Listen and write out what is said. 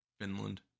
finland